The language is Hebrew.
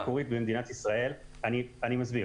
אלפי